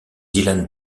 dylan